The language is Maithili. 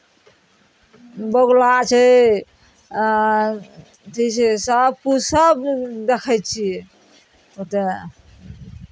बगुला छै अथी छै सभकिछु सब देखै छियै ओतय